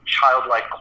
childlike